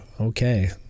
Okay